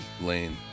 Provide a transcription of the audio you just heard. lane